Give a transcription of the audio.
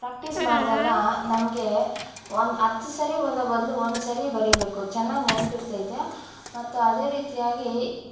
practice ಮಾಡಿದಾಗ ನಮಗೆ ಒಂದು ಹತ್ತು ಸರಿ ಓದೋ ಬದಲು ಒಂದು ಸರಿ ಬರಿಬೇಕು ಚೆನ್ನಾಗ್ ನೆನಪಿರ್ತೈತೆ ಮತ್ತು ಅದೇ ರೀತಿಯಾಗಿ